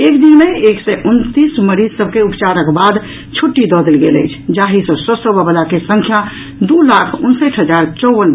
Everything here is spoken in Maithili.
एक दिन मे एक सय उनतीस मरीज सभ के उपचारक बाद छुट्टी दऽ देल गेल अछि जाहि सॅ स्वस्थ होबय वला के संख्या दू लाख उनसठि हजार चौवन भऽ गेल अछि